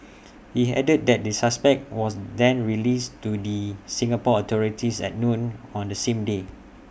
he added that the suspect was then released to the Singapore authorities at noon on the same day